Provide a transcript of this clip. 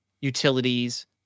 utilities